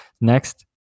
Next